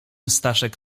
staszek